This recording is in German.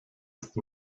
ist